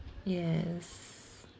yes